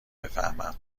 بفهمم